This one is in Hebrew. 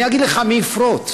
אני אגיד לך מי יפרוץ.